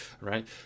right